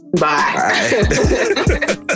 Bye